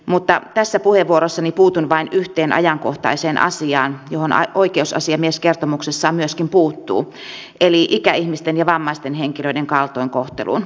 mutta tässä puheenvuorossani puutun vain yhteen ajankohtaiseen asiaan johon myöskin oikeusasiamies kertomuksessaan puuttuu eli ikäihmisten ja vammaisten henkilöiden kaltoinkohteluun